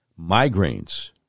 migraines